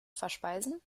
verspeisen